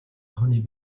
тооны